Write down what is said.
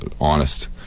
honest